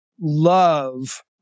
love